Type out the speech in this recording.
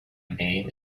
name